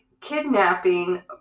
kidnapping